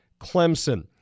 Clemson